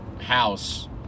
house